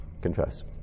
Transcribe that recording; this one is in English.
Confess